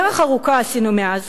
דרך ארוכה עשינו מאז,